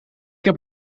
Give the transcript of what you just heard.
heb